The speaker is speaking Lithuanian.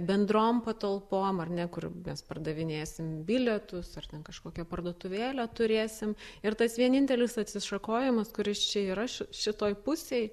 bendrom patalpom ar ne kur mes pardavinėsim bilietus ar ten kažkokią parduotuvėlę turėsim ir tas vienintelis atsišakojimas kuris čia yra šitoj pusėj